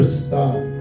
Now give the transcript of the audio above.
stop